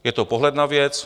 Je to pohled na věc.